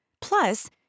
Plus